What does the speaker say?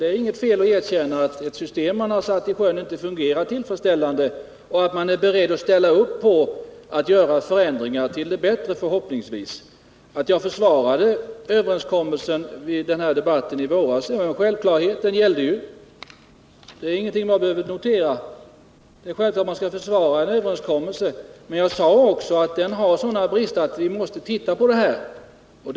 Det är inget fel att erkänna att ett system som man har medverkat till inte fungerar tillfredsställande och förklara att man är beredd att ställa upp på att göra förändringar, förhoppningsvis till det bättre. Att jag försvarade överenskommelsen vid debatten i våras är en självklarhet — den gällde ju. Det är ingenting att notera, för det är självklart att man 9 skall försvara en överenskommelse, men jag sade också att den har sådana brister att det måste göras en översyn.